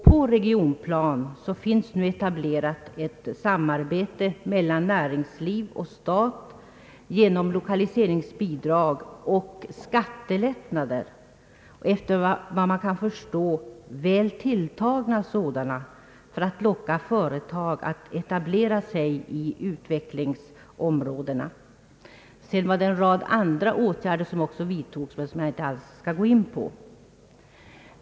På regionplan finns nu etablerat ett samarbete mellan näringsliv och stat genom lokaliseringsbidrag och efter vad man kan förstå väl tilltagna skattelättnader för att locka företag att etablera sig i utvecklingsområdena. Sedan vidtogs en rad andra åtgärder som jag dock inte nu skall gå närmare in på.